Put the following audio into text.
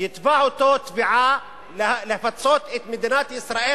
יתבע אותו תביעה לפצות את מדינת ישראל